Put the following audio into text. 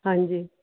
ਹਾਂਜੀ